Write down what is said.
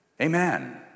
Amen